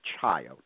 child